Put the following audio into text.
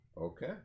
Okay